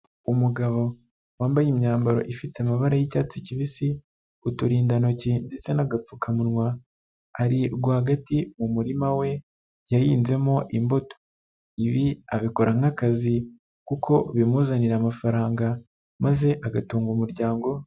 Umugabo wambaye imyambaro ifite amabara y'icyatsi kibisi, uturindantoki ndetse n'agapfukamunwa, ari rwagati mu murima we yahinzemo imbuto, ibi abikora nk'akazi kuko bimuzanira amafaranga maze agatunga umuryango we.